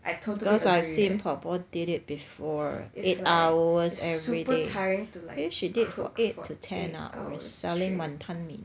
cause I've seen 婆婆 did it before eight hours every day think she did eight to ten hours selling wan ton mee